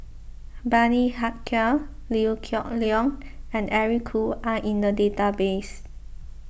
Bani Haykal Liew Geok Leong and Eric Khoo are in the database